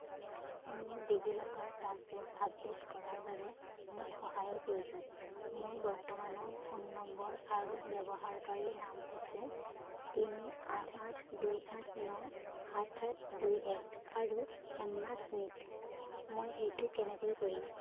মোৰ DigiLocker password update কৰাৰ বাবে মোক সহায়ৰ প্ৰয়োজন মোৰ বৰ্তমানৰ ফোন নম্বৰ আৰু ব্যৱহাৰকাৰীৰ নাম হৈছে তিনি আঠ আঠ দুই আঠ ন সাত সাত দুই এক আৰু এম্মা স্মিথ মই সেইটো কেনেকৈ কৰিম